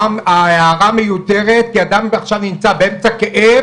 רם, ההערה מיותרת כי האדם עכשיו נמצא באמצע כאב.